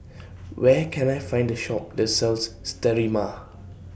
Where Can I Find The Shop that sells Sterimar